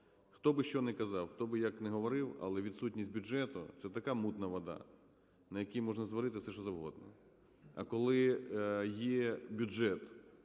Хто би що не казав, хто би як не говорив, але відсутність бюджету – це така мутна вода, на якій можна зварити все, що завгодно. А коле є бюджет,